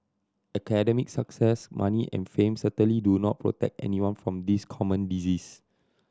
academic success money and fame certainly do not protect anyone from this common disease